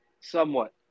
somewhat